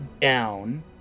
down